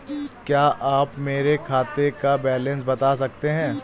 क्या आप मेरे खाते का बैलेंस बता सकते हैं?